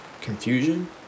confusion